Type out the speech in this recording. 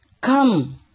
Come